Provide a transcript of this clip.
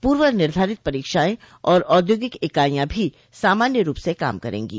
पूर्व निर्धारित परीक्षाएं और औद्योगिक ईकाइया भी सामान्य रूप से काम करेंगो